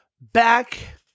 back